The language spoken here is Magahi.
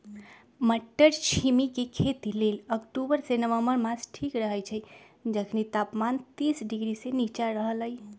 मट्टरछिमि के खेती लेल अक्टूबर से नवंबर मास ठीक रहैछइ जखनी तापमान तीस डिग्री से नीचा रहलइ